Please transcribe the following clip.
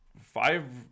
five